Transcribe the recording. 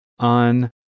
on